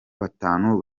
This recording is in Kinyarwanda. batanu